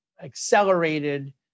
accelerated